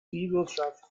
viehwirtschaft